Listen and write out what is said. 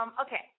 Okay